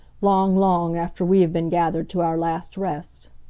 long, long after we have been gathered to our last rest.